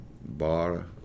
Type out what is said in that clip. bar